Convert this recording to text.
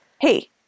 hey